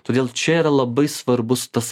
todėl čia yra labai svarbus tas